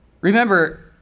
Remember